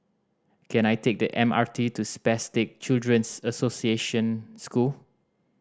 can I take the M R T to Spastic Children's Association School